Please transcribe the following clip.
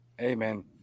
Amen